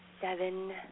seven